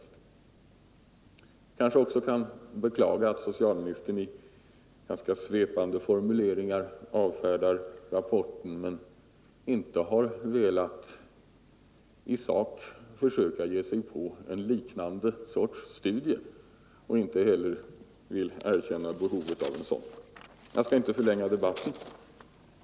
Jag kanske också kan beklaga att socialministern avfärdar rapporten i ganska svepande formuleringar men inte i sak har velat ge sig på någon liknande studie och inte heller vill erkänna behovet av en sådan. Jag skall inte förlänga debatten.